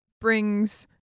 brings